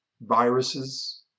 viruses